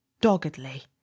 doggedly